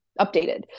updated